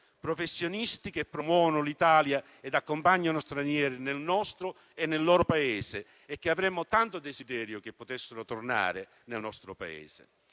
professionisti che promuovono l'Italia e accompagnano stranieri nel nostro e nel loro Paese e che avremmo tanto desiderio che potessero da noi tornare.